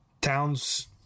Towns